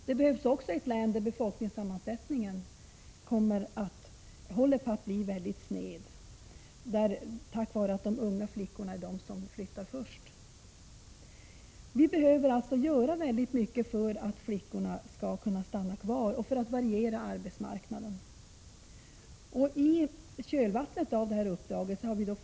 Det behövs i ett län där befolkningssammansättningen håller på att bli väldigt sned, på grund av att de unga kvinnorna är de som flyttar först. Vi behöver göra väldigt mycket för att flickorna skall kunna stanna kvar och för att variera arbetsmarknaden. I uppdragets kölvatten har olika projekt initierats.